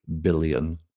billion